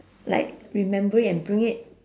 like remember it and bring it